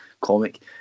comic